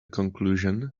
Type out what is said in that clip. conclusion